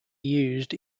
used